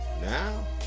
now